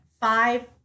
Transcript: five